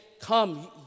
come